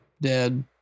dead